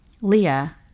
Leah